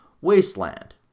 Wasteland